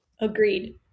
Agreed